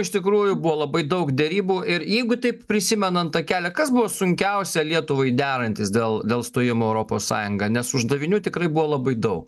iš tikrųjų buvo labai daug derybų ir jeigu taip prisimenant tą kelią kas buvo sunkiausia lietuvai derantis dėl dėl stojimo į europos sąjungą nes uždavinių tikrai buvo labai daug